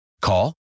Call